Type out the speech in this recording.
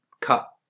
cut